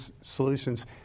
Solutions